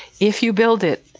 if you build it,